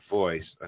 voice